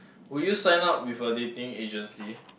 will you sign up with a dating agency